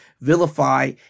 vilify